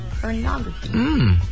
Pornography